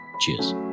Cheers